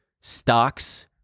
stocks